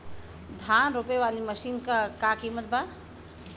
धान रोपे वाली मशीन क का कीमत बा?